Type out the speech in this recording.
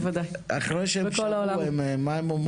אחרי שהם שמעו, מה הם אומרים?